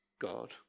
God